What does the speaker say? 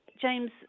James